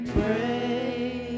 pray